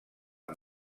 amb